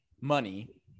money